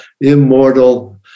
immortal